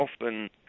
often